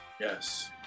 Yes